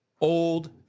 old